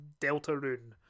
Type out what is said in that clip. Deltarune